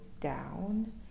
down